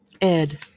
Ed